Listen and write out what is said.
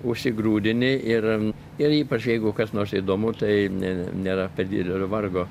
užigrūdini ir ir ypač jeigu kas nors įdomu tai ne nėra per didelio ir vargo